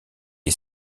est